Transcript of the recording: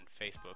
Facebook